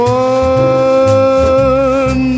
one